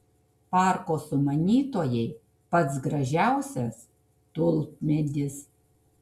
parko sumanytojai pats gražiausias tulpmedis